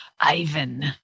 Ivan